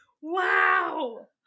Wow